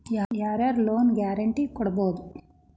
ಯಾರ್ ಯಾರ್ loan guarantee ಕೊಡ್ಬೊದು?